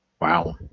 Wow